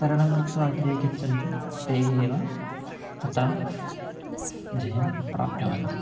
तरणं कृत्वा अग्रे गच्छन्ति ते एव तत्र जयं प्राप्नुवन्ति